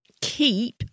Keep